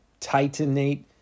titanate